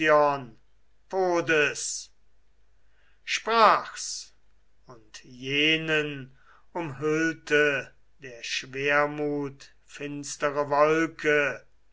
sprach's und jenen umhüllte der schwermut finstere wolke